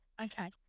Okay